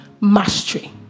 mastery